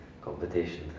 competition